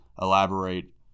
elaborate